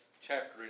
chapter